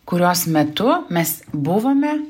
kurios metu mes buvome